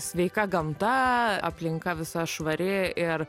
sveika gamta aplinka visa švari ir